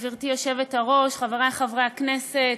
גברתי היושבת-ראש, חברי חברי הכנסת,